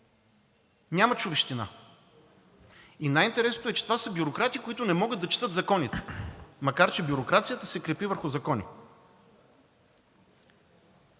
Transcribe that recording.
Няма човещина. И най-интересното е, че това са бюрократи, които не могат да четат законите, макар че бюрокрацията се крепи върху закони.